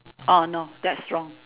oh no that's wrong